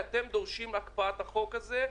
ואתם דורשים את הקפאת החוק הזה?